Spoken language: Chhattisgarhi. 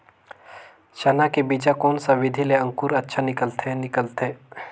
चाना के बीजा कोन सा विधि ले अंकुर अच्छा निकलथे निकलथे